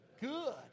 Good